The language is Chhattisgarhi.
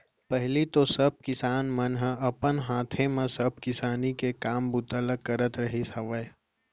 पहिली तो सब किसान मन ह अपन हाथे म सब किसानी के काम बूता ल करत रिहिस हवय